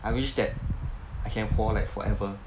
I wish that I can 活 like forever